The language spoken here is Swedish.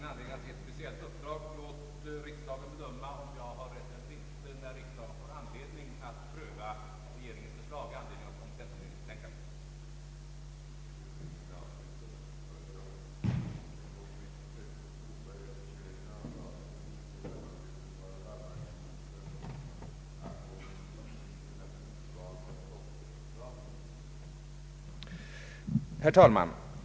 Herr talman!